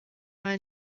mal